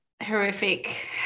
horrific